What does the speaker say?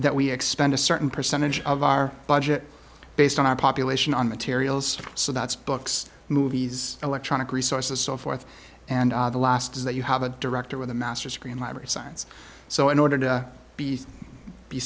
that we expend a certain percentage of our budget based on our population on materials so that's books movies electronic resources so forth and the last is that you have a director with a master's degree in library science so in order to be be